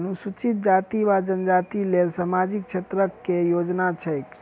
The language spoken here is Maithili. अनुसूचित जाति वा जनजाति लेल सामाजिक क्षेत्रक केँ योजना छैक?